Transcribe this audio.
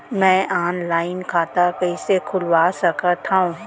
मैं ऑनलाइन खाता कइसे खुलवा सकत हव?